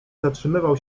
zatrzymywał